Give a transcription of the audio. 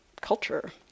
culture